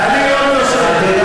תעלי עוד נושא.